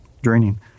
draining